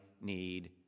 need